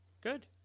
Good